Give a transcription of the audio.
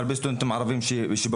נפדה אותך שירין,